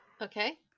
okay